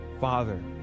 father